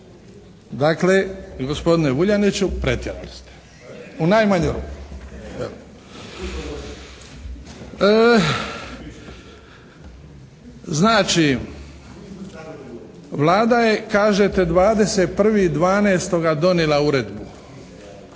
Dakle, gospodine Vuljaniću, pretjerali ste, u najmanju ruku. Znači, Vlada je kažete 21.12. donijela uredbu.